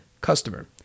Customer